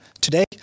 Today